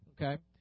Okay